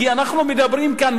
כי אנחנו מדברים כאן,